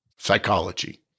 psychology